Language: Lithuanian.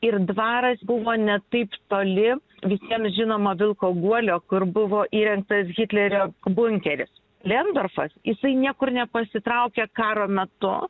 ir dvaras buvo ne taip toli visiem žinomo vilko guolio kur buvo įrengtas hitlerio bunkeris lėndorfas jisai niekur nepasitraukia karo metu